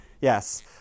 Yes